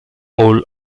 hall